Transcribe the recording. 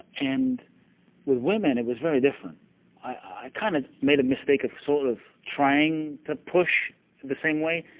and with women, it was very different. i kind of made a mistake of sort of trying to push the same way,